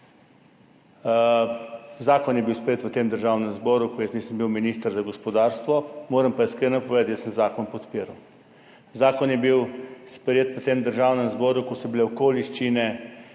Zakon je bil sprejet v Državnem zboru, ko jaz nisem bil minister za gospodarstvo, moram pa iskreno povedati, jaz sem zakon podpiral. Zakon je bil sprejet v Državnem zboru, ko so bile okoliščine